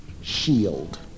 shield